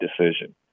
decision